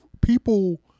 people